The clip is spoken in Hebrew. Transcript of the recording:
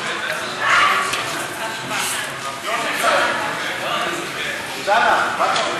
תקופת לידה והורות לבן-זוג של עובדת שילדה יותר מילד אחד),